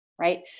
right